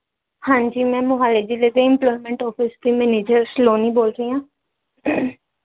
ਹਾਂਜੀ ਮੈਂ ਮੋਹਾਲੀ ਜ਼ਿਲ੍ਹੇ ਦੇ ਇਮਪਲੋਏਮੈਂਟ ਔਫਿਸ ਦੀ ਮਨੇਜਰ ਸਲੋਨੀ ਬੋਲ ਰਹੀ ਹਾਂ